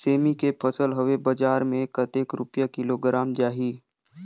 सेमी के फसल हवे बजार मे कतेक रुपिया किलोग्राम जाही?